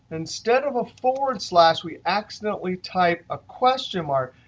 instead of a forward slash, we accidentally type a question mar,